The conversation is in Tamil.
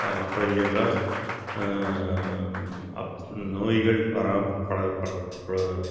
அப்படி என்றால் அப் நோய்கள்